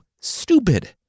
stupid